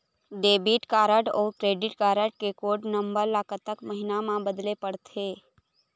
Debit card अऊ credit card code कोड नंबर ला कतक महीना मा बदले पड़थे?